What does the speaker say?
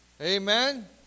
Amen